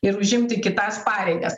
ir užimti kitas pareigas